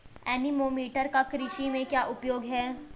Anemometer का कृषि में क्या उपयोग है?